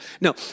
No